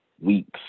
weeks